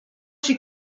she